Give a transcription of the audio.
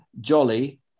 jolly